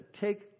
take